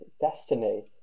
Destiny